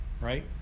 right